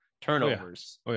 turnovers